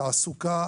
תעסוקה